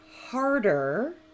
harder